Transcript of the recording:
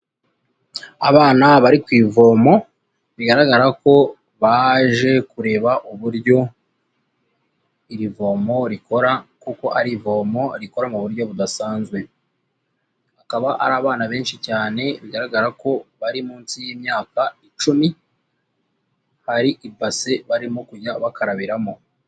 Abana bari ku ivomo bigaragara ko baje kureba uburyo iri vomo rikora kuko ari ivomo rikora mu buryo budasanzwe, bakaba ari abana benshi cyane bigaragara ko bari munsi y'imyaka icumi, hari ibase barimo kujya bakarabiramo.